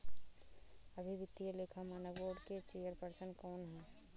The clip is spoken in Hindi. अभी वित्तीय लेखा मानक बोर्ड के चेयरपर्सन कौन हैं?